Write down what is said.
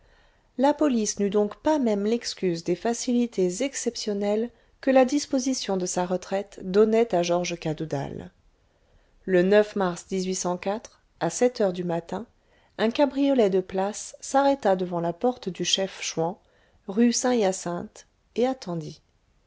la police n'eut donc pas même l'excuse des facilités exceptionnelles que la disposition de sa retraite donnait à georges cadoudal le mars à sept heures du matin un cabriolet de place s'arrêta devant la porte du chef chouan rue saint hyacinthe et attendit